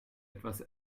etwas